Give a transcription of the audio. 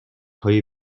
های